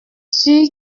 sûr